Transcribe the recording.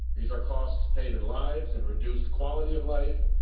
these are costs paid in lives and reduced quality of life,